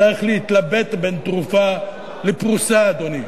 צריך להתלבט בין תרופה לפרוסה, אדוני?